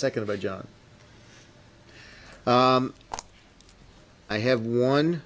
second by john i have one